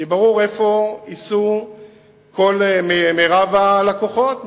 כי ברור איפה ייסעו רוב הלקוחות,